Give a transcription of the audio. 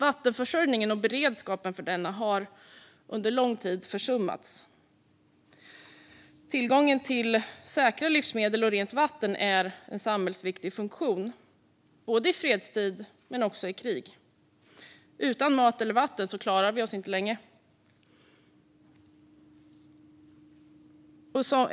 Vattenförsörjningen och beredskapen för den har under lång tid försummats. Tillgången till säkra livsmedel och rent vatten är en samhällsviktig funktion i både fredstid och krig. Utan mat och vatten klarar vi oss inte länge.